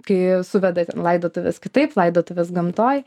kai suveda ten laidotuvės kitaip laidotuvės gamtoj